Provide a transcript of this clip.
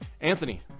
Anthony